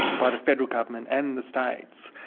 by the federal government and the states,